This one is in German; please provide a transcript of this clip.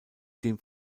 dem